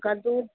कद्दू